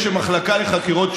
תבדוק.